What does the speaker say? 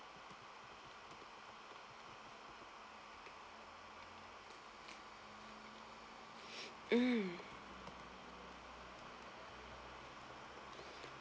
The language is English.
mm